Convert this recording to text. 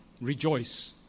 Rejoice